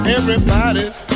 Everybody's